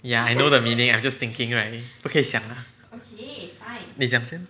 ya I know the meaning I just thinking right 不可以想 ah 你讲先